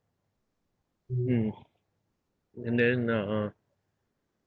mm and then uh